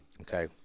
Okay